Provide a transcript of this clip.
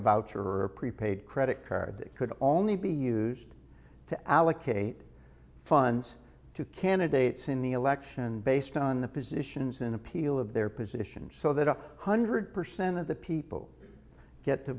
your or a prepaid credit card that could only be used to allocate funds to candidates in the election based on the positions in appeal of their positions so that one hundred percent of the people get to